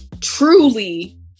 truly